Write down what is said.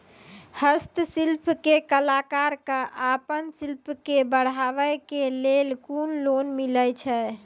हस्तशिल्प के कलाकार कऽ आपन शिल्प के बढ़ावे के लेल कुन लोन मिलै छै?